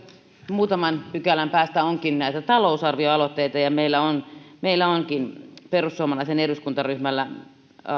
muutaman pykälän päästä onkin näitä talousarvioaloitteita ja meillä perussuomalaisten eduskuntaryhmällä